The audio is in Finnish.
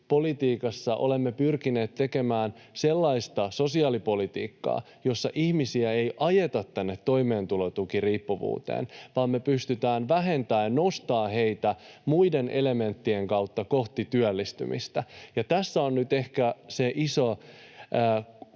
olemme pyrkineet tekemään sellaista sosiaalipolitiikkaa, jossa ihmisiä ei ajeta tänne toimeentulotukiriippuvuuteen, vaan me pystytään vähentämään sitä ja nostamaan heitä muiden elementtien kautta kohti työllistymistä. Tässä on nyt ehkä se iso